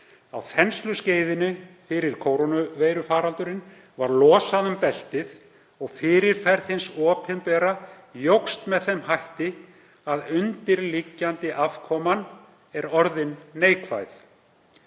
„Á þensluskeiðinu fyrir kórónuveirufaraldurinn var losað um beltið og fyrirferð hins opinbera jókst með þeim hætti að undirliggjandi afkoman er orðin neikvæð.